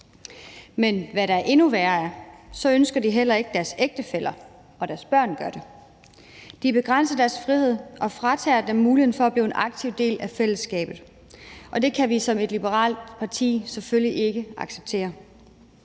Men hvad der er endnu værre, er, at de heller ikke ønsker, at deres ægtefæller og deres børn gør det. De begrænser deres frihed og fratager dem muligheden for at blive en aktiv del af fællesskabet, og det kan vi som et liberalt parti selvfølgelig